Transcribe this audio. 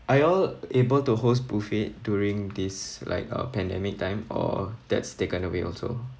are you all able to host buffet during this like a pandemic time or that's taken away also